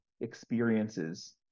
experiences